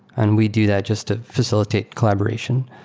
and we do that just to facilitate collaboration.